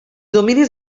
dominis